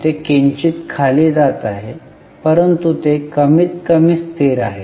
ते किंचित खाली जात आहे परंतु ते कमीतकमी स्थिर आहे